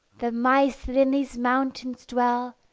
the mice that in these mountains dwell,